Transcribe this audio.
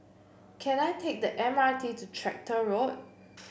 can I take the M R T to Tractor Road